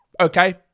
okay